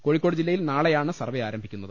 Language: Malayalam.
കോഴിക്കോട് ജില്ലയിൽ നാളെയാണ് സർവേ ആരംഭി ക്കുന്നത്